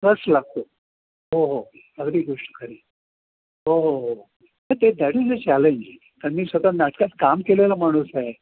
कस लागतो हो हो अगदी गोष्ट खरी हो हो हो हो तर तेच दॅट इज अ चॅलेंज कारण मी स्वतः नाटकात काम केलेला माणूस आहे